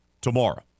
tomorrow